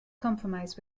compromise